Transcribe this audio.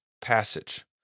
passage